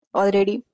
already